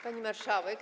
Pani Marszałek!